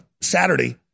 Saturday